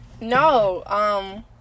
No